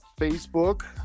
facebook